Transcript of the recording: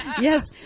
yes